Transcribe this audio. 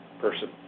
person